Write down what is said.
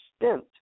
extent